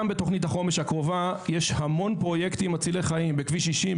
גם בתוכנית החומש הקרובה יש המון פרויקטים מצילי חיים בכביש 60,